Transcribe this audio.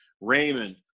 Raymond